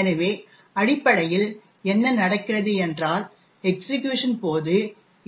எனவே அடிப்படையில் என்ன நடக்கிறது என்றால் எக்சிக்யூஷன் போது